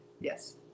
Yes